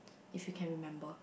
if you can remember